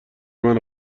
منو